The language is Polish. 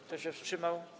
Kto się wstrzymał?